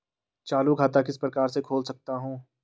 चालू खाता किस प्रकार से खोल सकता हूँ?